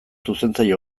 zuzentzaile